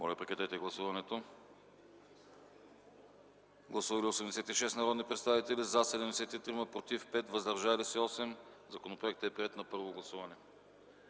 влязат в залата. Гласували 86 народни представители: за 73, против 5, въздържали се 8. Законопроектът е приет на първо гласуване.